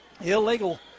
Illegal